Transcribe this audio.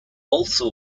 also